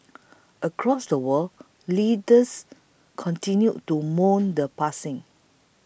across the world leaders continued to mourn the passing